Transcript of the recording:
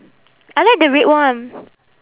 I like the red one